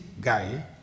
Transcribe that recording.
guy